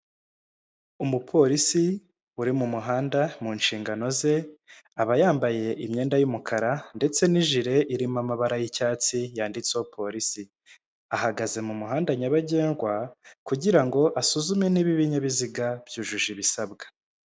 Umupolisi uri mu muhanda mu nshingano ze aba yambaye imyenda y'umukara ndetse n'ijire irimo amabara y'icyatsi yanditseho polisi. Ahagaze mu muhanda nyabagendwa kugira ngo asuzume niba ibinyabiziga byujuje ibisabwa.